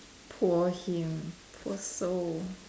poor him poor soul